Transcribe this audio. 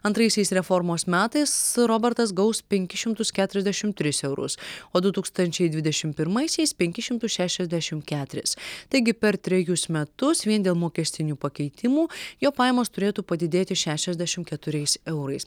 antraisiais reformos metais robertas gaus penkis šimtus keturiasdešim tris eurus o du tūkstančiai dvidešim pirmaisias penkis šimtus šešiasdešim keturis taigi per trejus metus vien dėl mokestinių pakeitimų jo pajamos turėtų padidėti šešiasdešim keturiais eurais